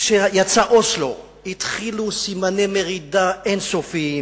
כשיצא אוסלו, התחילו סימני מרידה אין-סופיים.